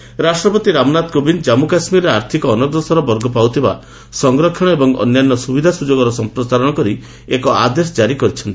president quota ରାଷ୍ଟ୍ରପତି ରାମନାଥ କୋବିନ୍ଦ ଜନ୍ମୁ କାଶ୍ମୀରରେ ଆର୍ଥକ ଅନଗ୍ରସର ବର୍ଗ ପାଉଥିବା ସଂରକ୍ଷଣ ଏବଂ ଅନ୍ୟାନ୍ୟ ସୁବିଧା ସୁଯୋଗର ସମ୍ପ୍ରସାରଣ କରି ଏକ ଆଦେଶ ଜାରି କରିଛନ୍ତି